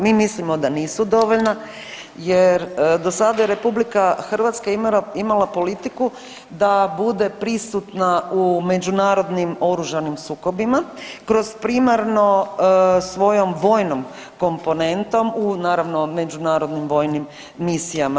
Mi mislimo da nisu dovoljna jer do sada je RH imala politiku da bude prisutna u međunarodnim oružanim sukobima kroz primarno svojom vojnom komponentom u naravno međunarodnim vojnim misijama.